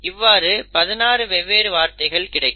இவ்வாறு 16 வெவ்வேறு வார்த்தைகள் கிடைக்கும்